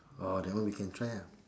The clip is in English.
oh that one we can try ah